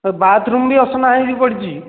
bathroom ବି ଅସନା ହୋଇକି ପଡ଼ିଛି